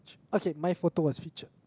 okay my photo was featured